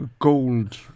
gold